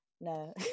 no